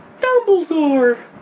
Dumbledore